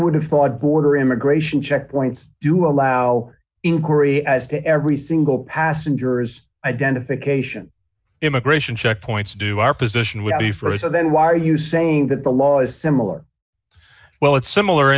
would have thought border immigration checkpoints do allow inquiry as to every single passenger is identification immigration checkpoints do our position would be for us and then why are you saying that the law is similar well it's similar